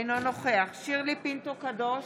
אינו נוכח שירלי פינטו קדוש,